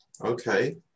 Okay